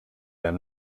their